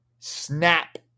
Snap